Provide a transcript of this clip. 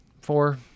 four